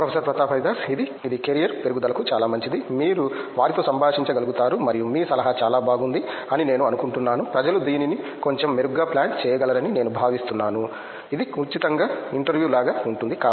professor Pratap Haridas ఇది career పెరుగుదలకు చాలా మంచిది మీరు వారితో సంభాషించగలుగుతారు మరియు మీ సలహా చాలా బాగుంది అని నేను అనుకుంటున్నాను ప్రజలు దీనిని కొంచెం మెరుగ్గా ప్లాన్ చేయగలరని నేను భావిస్తున్నాను ఇది ఉచితంగా ఇంటర్వ్యూ లాగా ఉంటుంది